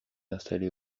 installée